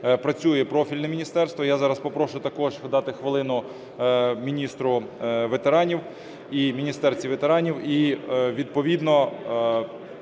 працює профільне міністерство (я зараз попрошу також дати хвилину міністру ветеранів… міністерці ветеранів), і відповідно,